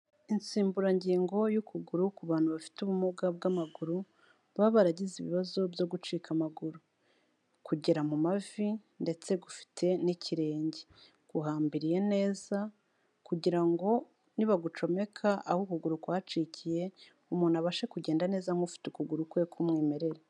Insimburangingo y'ukuguru ku bantu bafite ubumuga bw'amaguru baba baragize ibibazo byo gucika amaguru. Kugera mu mavi ndetse gufite n'ikirenge. Guhambiriye neza kugira ngo nibagucomeka aho ukuguru kwacikiye, umuntu abashe kugenda neza nk'ufite ukuguru kwe k'umwimerere.